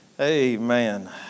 Amen